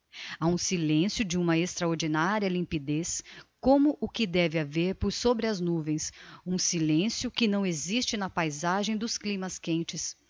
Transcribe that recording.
ha um silencio de uma extraordinaria limpidez como o que deve haver por sobre as nuvens um silencio que não existe na paysagem dos climas quentes